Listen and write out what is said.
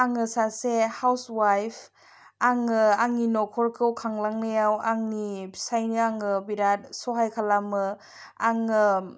आङो सासे housewife आङो आंनि नखरखौ खांलांनायाव आंनि फिसायनो आङो बिराद सहाय खालामो आङो